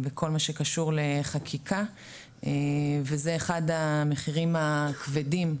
בכל מה שקשור לחקיקה וזה אחד המחירים הכבדים